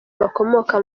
bakomoka